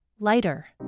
lighter